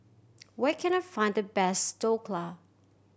where can I find the best Dhokla